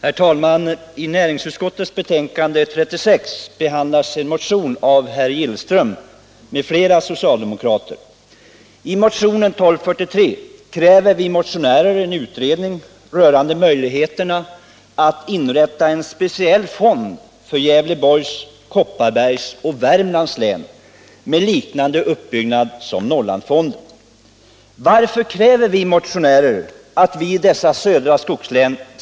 Varför kräver vi motionärer att det i dessa södra skogslän skall inrättas en sådan fond?